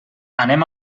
anem